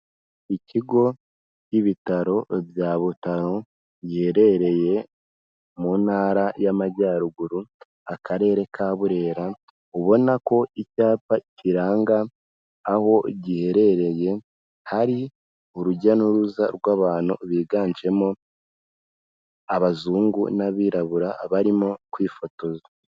ikigo cy'ibitaro bya Butaro, giherereye mu ntara y'Amajyaruguru ,akarere ka Burera ,ubona ko icyapa kiranga aho giherereye, hari urujya n'uruza rw'abantu biganjemo, abazungu n'abirabura barimo kwifotoza.